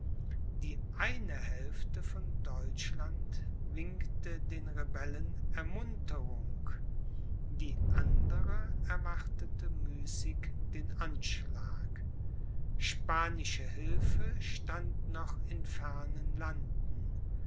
die eine hälfte von deutschland winkte den rebellen ermunterung die andere erwartete müßig den anschlag spanische hilfe stand noch in fernen landen